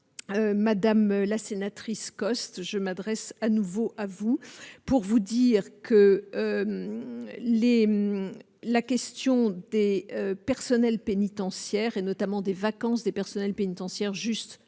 madame la sénatrice Coste je m'adresse à nouveau à vous pour vous dire que les la question des personnels pénitentiaires et notamment des vacances des personnels pénitentiaires, juste un